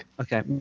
okay